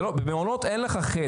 במעונות אין לך חדר.